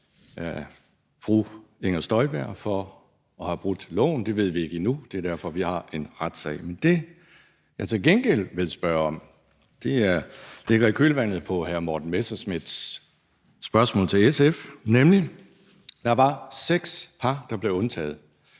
fru Inger Støjberg for at have brudt loven. Det ved vi ikke endnu. Det er derfor, vi har en retssag. Men det, som jeg til gengæld vil spørge om, ligger i kølvandet på hr. Morten Messerschmidts spørgsmål til SF, nemlig at der var seks par, der blev undtaget,